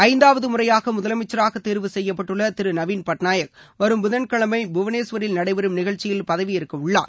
ஐந்தாவது முறையாக முதலமைச்சராக தேர்வு செய்யப்பட்டுள்ள திரு நவீன் பட்நாயக் வரும் புதன்கிழமை புவனேஸ்வரில் நடைபெறும் நிகழ்ச்சியில் பதவியேற்கவுள்ளார்